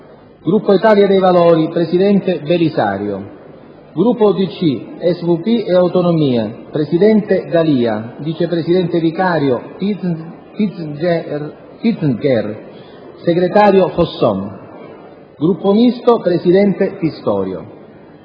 Gruppo Italia dei Valori Presidente: Belisario Gruppo UDC, SVP e Autonomie Presidente: D’Alia Vice presidente vicario: Pinzger Segretario: Fosson Gruppo Misto Presidente: Pistorio